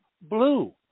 blue